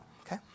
okay